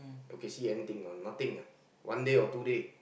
okay see anything or not nothing ah one day or two day